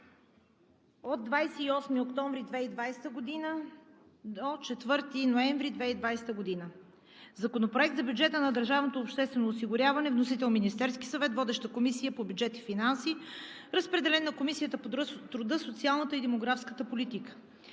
от 28 октомври 2020 г. до 4 ноември 2020 г.: Законопроект за бюджета на държавното обществено осигуряване за 2021 г. Вносител – Министерският съвет. Водеща е Комисията по бюджет и финанси. Разпределен е и на Комисията по труда, социалната и демографската политика.